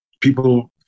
people